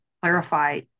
clarify